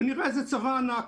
ונראה איזה צבא ענק,